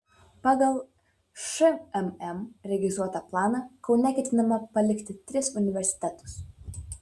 pagal šmm registruotą planą kaune ketinama palikti tris universitetus